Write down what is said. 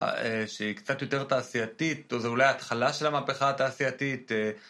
שהיא קצת יותר תעשייתית, או זה אולי ההתחלה של המהפכה התעשייתית.